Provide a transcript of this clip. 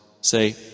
Say